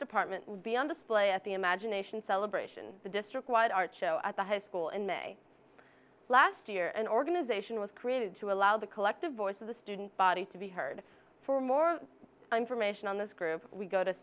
department will be on display at the imagination celebration the district wide art show at the high school in may last year an organization was created to allow the collective voice of the student body to be heard for more information on this group we